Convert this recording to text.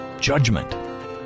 judgment